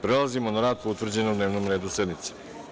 Prelazimo na rad po utvrđenom dnevnom redu sednice.